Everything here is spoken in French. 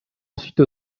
ensuite